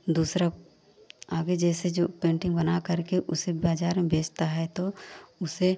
दूसरा आगे जैसे जो पेंटिंग बना करके उसे बाज़ार में बेचता है तो उसे